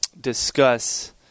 discuss